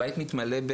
הבית מתמלא,